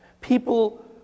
People